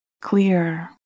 clear